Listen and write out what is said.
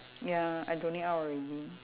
ya I donate out already